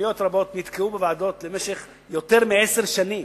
שתוכניות רבות נתקעו בוועדות במשך יותר מעשר שנים,